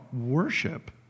worship